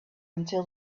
until